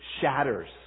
shatters